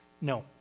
No